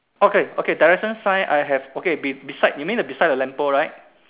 okay okay direction sign I have okay be~ beside you mean beside the lamp pole right